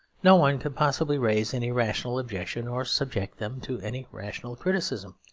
no one could possibly raise any rational objection, or subject them to any rational criticism.